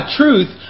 truth